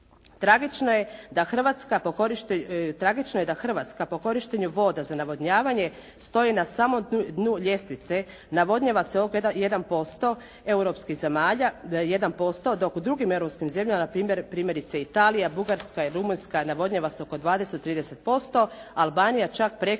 Tragično je da Hrvatska po korištenju voda za navodnjavanje stoji na samom dnu ljestvice, navodnjava se 1% europskih zemalja, 1%, dok u drugim europskim zemljama, npr. primjerice Italija, Bugarska, Rumunjska, navodnjava se oko 20, 30%, Albancija čak preko